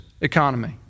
economy